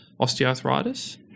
osteoarthritis